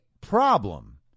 problem